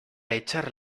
echar